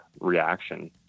reaction